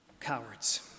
cowards